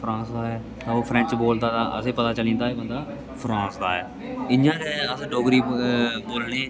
France दा ऐ ओह् फ्रेंच बोलदा तां असेंगी पता चली जंदा कि एह् बंदा फ्रांस दा ऐ इ'यां गै अस डोगरी बोलने